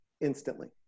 instantly